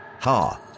Ha